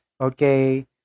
okay